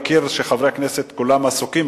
אתה מכיר, שכל חברי הכנסת עסוקים.